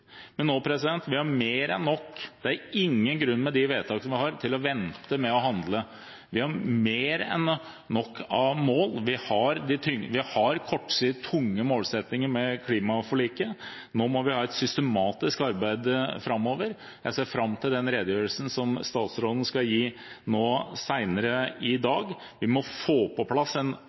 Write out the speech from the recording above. Men vi har mer enn nok av mål – det er ingen grunn til, med de vedtak som vi har, å vente med å handle. Vi har tunge målsettinger med klimaforliket. Nå må vi ha et systematisk arbeid framover. Jeg ser fram til den redegjørelsen som statsråden skal gi nå senere i dag. Vi må få på plass en